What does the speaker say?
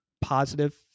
positive